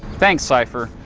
thanks cypher!